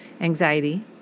anxiety